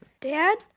Dad